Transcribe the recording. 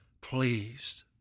pleased